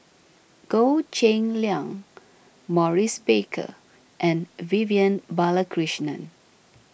Goh Cheng Liang Maurice Baker and Vivian Balakrishnan